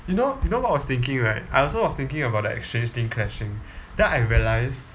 you know you know what U was thinking right I also was thinking about the exchange thing clashing then I realised